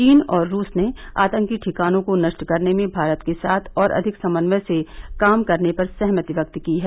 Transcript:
चीन और रूस ने आतंकी ठिकानों को नष्ट करने में भारत के साथ और अधिक समन्वय से काम करने पर सहमति व्यक्त की है